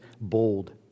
bold